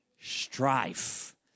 Strife